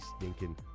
stinking